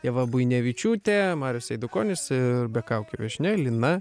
ieva buinevičiūtė marius eidukonis ir be kaukių viešnia lina